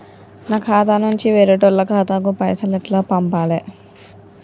నా ఖాతా నుంచి వేరేటోళ్ల ఖాతాకు పైసలు ఎట్ల పంపాలే?